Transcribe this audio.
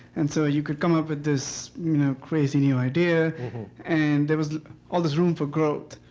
and so you could come up with this you know crazy new idea and there was all this room for growth.